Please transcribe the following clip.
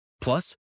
Plus